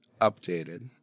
updated